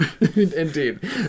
Indeed